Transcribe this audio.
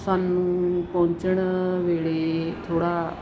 ਸਾਨੂੰ ਪਹੁੰਚਣ ਵੇਲੇ ਥੋੜ੍ਹਾ